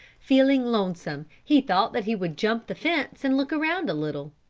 feeling lonesome, he thought that he would jump the fence and look around a little.